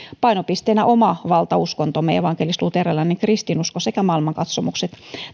painopisteenä oma valtauskontomme evankelisluterilainen kristinusko sekä maailmankatsomukset